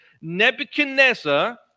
Nebuchadnezzar